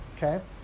Okay